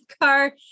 car